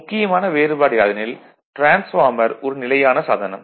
முக்கியமான வேறுபாடு யாதெனில் டிரான்ஸ்பார்மர் ஒரு நிலையான சாதனம்